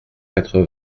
quatre